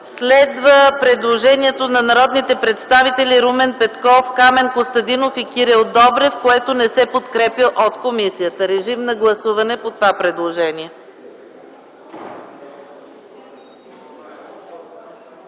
Следва предложението на народните представители Румен Петков, Камен Костадинов и Кирил Добрев, което не се подкрепя от комисията. Режим на гласуване по това предложение!